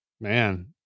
man